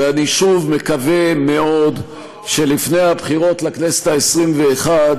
ואני שוב מקווה מאוד שלפני הבחירות לכנסת העשרים-ואחת